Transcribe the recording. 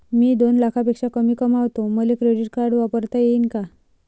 मी दोन लाखापेक्षा कमी कमावतो, मले क्रेडिट कार्ड वापरता येईन का?